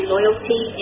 Loyalty